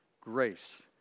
grace